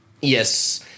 Yes